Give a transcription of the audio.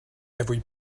every